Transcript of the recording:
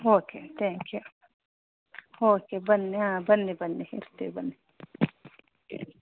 okay thank you okay ಬನ್ನಿ ಹಾಂ ಬನ್ನಿ ಬನ್ನಿ ಇರ್ತೀವಿ ಬನ್ನಿ